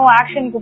action